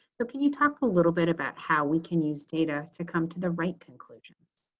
so can you talk a little bit about how we can use data to come to the right conclusions.